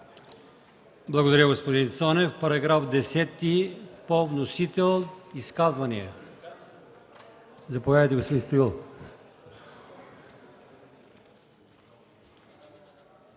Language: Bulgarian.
Благодаря, господин Цонев. Параграфи 5 и 6 по вносител. Изказвания? Заповядайте, господин Стоев.